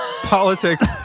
politics